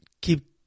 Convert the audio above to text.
keep